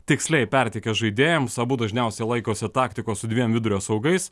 tiksliai perteikia žaidėjams abu dažniausiai laikosi taktikos su dviem vidurio saugais